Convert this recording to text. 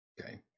Okay